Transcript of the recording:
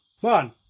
one